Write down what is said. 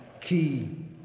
key